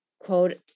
quote